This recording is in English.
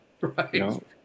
Right